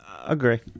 Agree